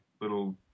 little